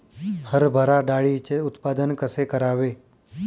हरभरा डाळीचे उत्पादन कसे करावे?